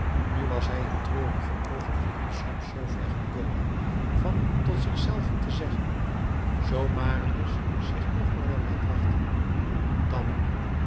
nu was hij in treurige oogenblikken soms zoover gekomen van tot zichzelven te zeggen zoo marius zich nog lang laat wachten dan